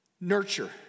Nurture